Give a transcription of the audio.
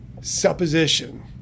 supposition